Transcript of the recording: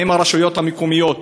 האם הרשויות המקומיות